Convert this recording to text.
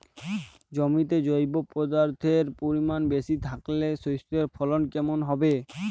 জমিতে জৈব পদার্থের পরিমাণ বেশি থাকলে শস্যর ফলন কেমন হবে?